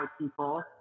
people